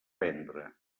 vendre